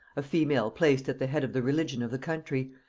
a female placed at the head of the religion of the country,